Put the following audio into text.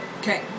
okay